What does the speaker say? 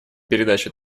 передачу